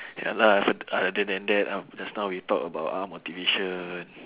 ya lah othe~ other than that um just now we talk about ah motivation